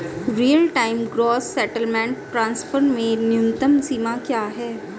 Real time gross settlement transfer में न्यूनतम सीमा क्या है?